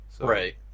right